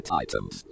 items